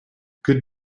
good